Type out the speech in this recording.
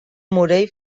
morell